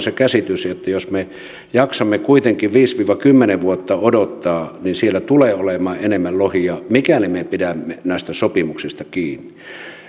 se käsitys että jos me jaksamme kuitenkin viisi viiva kymmenen vuotta odottaa niin siellä tulee olemaan enemmän lohia mikäli me pidämme näistä sopimuksista kiinni